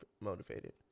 motivated